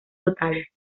totales